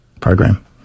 program